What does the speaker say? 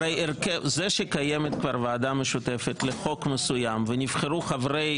זה שקיימת כבר ועדה משותפת לחוק מסוים ונבחרו חברי